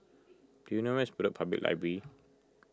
do you know where is Bedok Public Library